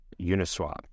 Uniswap